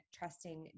trusting